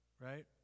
Right